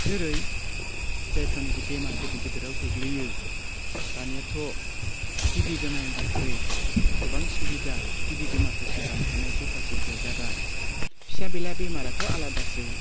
जेरै जायफ्रानाखि बेमार गेदेर गेदेराव गोग्लैयो दानियाथ' टिबि बेमारनि थाखाय गोबां सुबिदा टिबि बेमारखौ सोखानो हानाय केपासिटियाव जाबाय फिसा बेला बेमाराथ' आलादासै